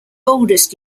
oldest